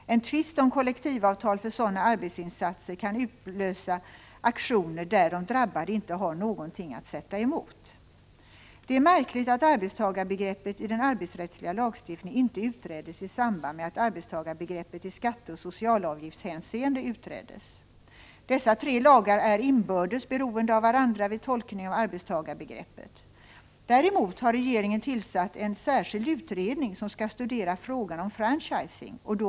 En tvist om kollektivavtal för sådana arbetsinsatser kan utlösa aktioner där de drabbade inte har någonting att sätta emot. Det är märkligt att arbetstagarbegreppet i den arbetsrättsliga lagstiftningen inte utreddes i samband med att arbetstagarbegreppet i skatteoch socialavgiftshänseende utreddes. Dessa tre lagar är inbördes beroende av Prot. 1985/86:31 varandra vid tolkningen av arbetstagarbegreppet. Däremot har regeringen 20 november 1985 tillsatt en särskild utredning som skall studera frågan om franchisingoch då.